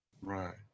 right